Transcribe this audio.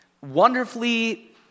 wonderfully